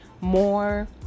more